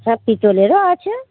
সব পিতলেরও আছে